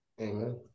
Amen